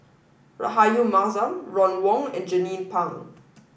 Rahayu Mahzam Ron Wong and Jernnine Pang